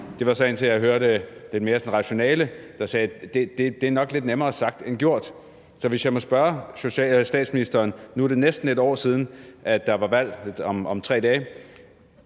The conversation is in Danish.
Det var så, indtil jeg hørte den rationelle stemme, der sagde: Det er nok lidt nemmere sagt end gjort. Så hvis jeg må spørge statsministeren: Nu er det om 3 dage 1 år siden, at der var valg. Hvor mange